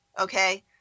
Okay